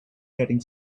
getting